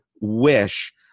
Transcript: wish